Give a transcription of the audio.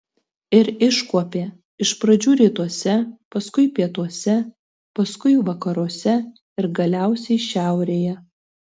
ir iškuopė iš pradžių rytuose paskui pietuose paskui vakaruose ir galiausiai šiaurėje